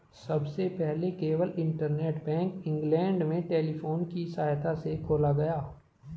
सबसे पहले केवल इंटरनेट बैंक इंग्लैंड में टेलीफोन की सहायता से खोला गया